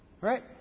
Right